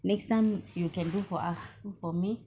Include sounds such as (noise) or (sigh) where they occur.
next time you can do for ah (laughs) for me